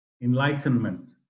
enlightenment